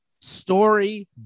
Story